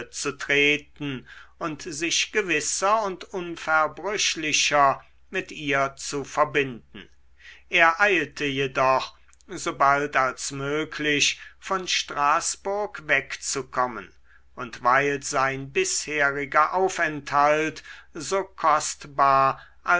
zu treten und sich gewisser und unverbrüchlicher mit ihr zu verbinden er eilte jedoch sobald als möglich von straßburg wegzukommen und weil sein bisheriger aufenthalt so kostbar